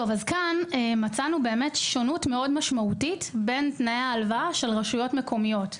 מצאנו שונות משמעותית בין תנאי ההלוואה של רשויות מקומיות.